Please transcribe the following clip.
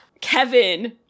Kevin